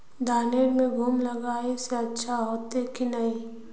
धानेर में धूप लगाए से अच्छा होते की नहीं?